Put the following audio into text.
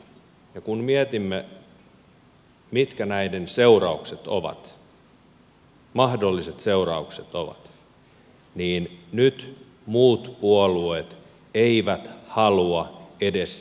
ja kun mietimme mitkä näiden mahdolliset seuraukset ovat niin nyt muut puolueet eivät halua edes selvittää tätä